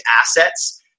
assets